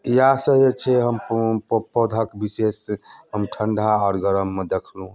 इएह सबजे छै से हम पौधाके बिशेष हम ठंढा आओर गरममे देखलउँ हँ